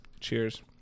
Cheers